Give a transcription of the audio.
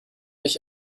ich